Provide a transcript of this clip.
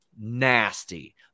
nasty